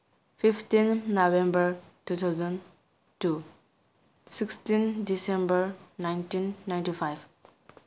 fifteen November two thousand two sixteen December nineteen ninety five